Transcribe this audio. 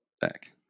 back